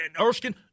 Erskine